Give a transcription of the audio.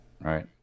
Right